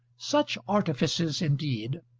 such artifices, indeed,